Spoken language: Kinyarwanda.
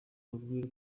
nta